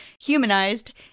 humanized